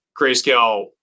Grayscale